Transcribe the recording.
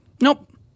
Nope